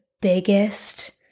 biggest